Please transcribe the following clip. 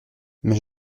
mais